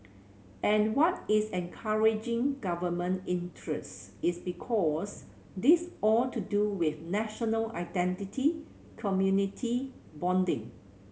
and what is encouraging government interest is because this all to do with national identity community bonding